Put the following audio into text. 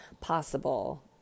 possible